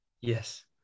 Yes